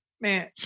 Man